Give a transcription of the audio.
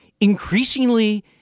increasingly